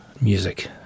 music